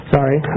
Sorry